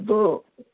ꯑꯗꯣ